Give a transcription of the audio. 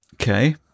Okay